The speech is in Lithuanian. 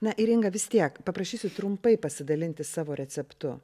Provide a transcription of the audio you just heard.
na ir inga vis tiek paprašysiu trumpai pasidalinti savo receptu